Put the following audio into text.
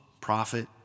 prophet